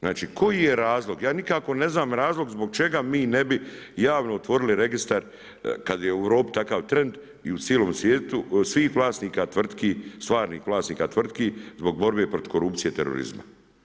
Znači koji je razlog, ja nikako ne znam razlog zbog čega mi ne bi javno otvorili registar kad je u Europi takav trend i u cijelom svijetu svih vlasnika tvrtki, stvarnih vlasnika tvrtki zbog borbe protiv korupcije i terorizma?